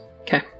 Okay